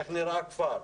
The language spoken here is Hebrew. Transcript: איך נראה הכפר,